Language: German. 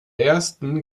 ersten